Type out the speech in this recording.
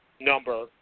number